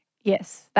yes